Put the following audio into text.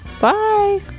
Bye